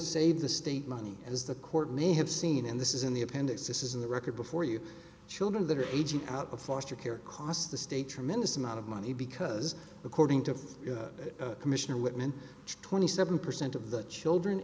save the state money as the court may have seen and this is in the appendix this is in the record before you children that are aging out of foster care cost the state tremendous amount of money because according to commissioner whitman twenty seven percent of the children